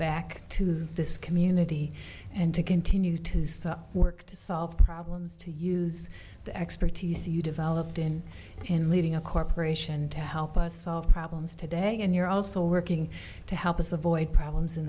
back to this community and to continue to work to solve problems to use the expertise you developed in in leading a corporation to help us solve problems today and you're also working to help us avoid problems in